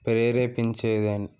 ప్రేరేపించేదే